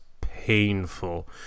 painful